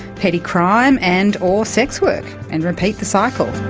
petty crime and or sex work, and repeat the cycle.